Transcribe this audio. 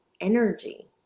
energy